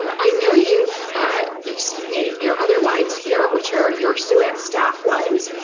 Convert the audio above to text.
and i know you've you've sent me your other wines here which are your sue-ann staff wines.